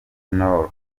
nord